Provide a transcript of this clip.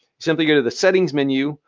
simply go to the settings menu.